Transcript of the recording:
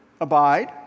abide